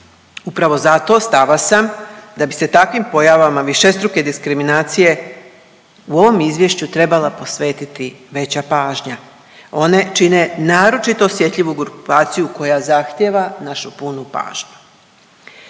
Upravo zato stava sam da bi se takvim pojavama višestruke diskriminacije u ovom izvješću trebala posvetiti veća pažnja. One čine naročito osjetljivu grupaciju koja zahtijeva našu punu pažnju.